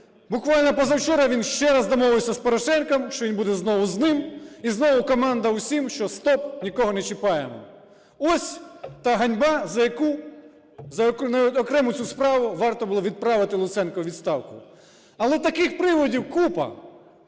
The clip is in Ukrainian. Буквально позавчора він ще раз домовився з Порошенком, що він буде знову з ним, і знову команда усім, що стоп, нікого не чіпаємо. Ось та ганьба, за яку… навіть окрему цю справу, варто було відправити Луценка у відставку. Але таких приводів купа.